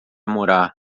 morar